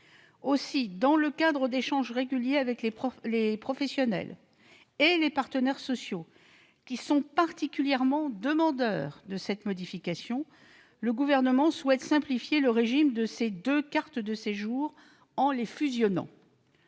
Éclairé par des échanges réguliers avec les professionnels et les partenaires sociaux, particulièrement demandeurs de cette modification, le Gouvernement souhaite simplifier le régime de ces deux cartes de séjour en les fusionnant.